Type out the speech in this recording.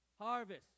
Harvest